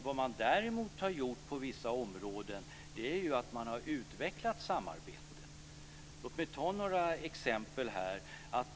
Vad man däremot har gjort på vissa områden är att man har utvecklat samarbetet. Låt mig ta några exempel.